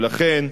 ולכן,